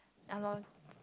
yalor